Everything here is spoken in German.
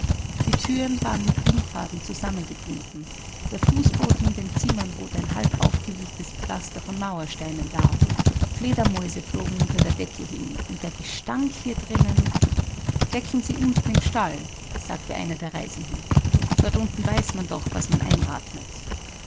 die thüren waren mit bindfaden zusammengebunden der fußboden in den zimmern bot ein halbaufgewühltes pflaster von mauersteinen dar fledermäuse flogen unter der decke hin und der gestank hier drinnen decken sie unten im stall sagte einer der reisenden dort unten weiß man doch was man einatmet